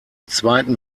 zweiten